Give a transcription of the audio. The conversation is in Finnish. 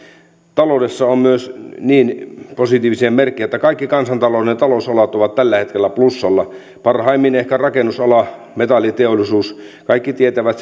taloudessa on myös niin positiivisia merkkejä että kaikki kansantalouden talousalat ovat tällä hetkellä plussalla parhaimmin ehkä rakennusala metalliteollisuus kaikki tietävät